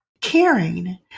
Caring